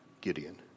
Gideon